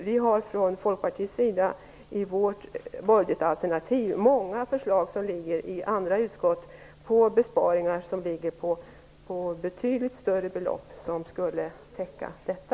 Vi i Folkpartiet har i vårt budgetalternativ många förslag som ligger i andra utskott på besparingar på betydligt större belopp. De skulle täcka detta.